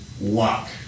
luck